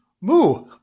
moo